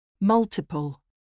Multiple